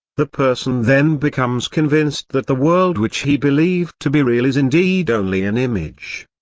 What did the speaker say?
the person then becomes convinced that the world which he believed to be real is indeed only an image.